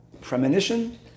premonition